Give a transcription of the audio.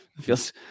feels